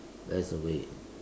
there's a way